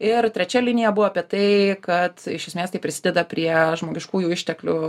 ir trečia linija buvo apie tai kad iš esmės tai prisideda prie žmogiškųjų išteklių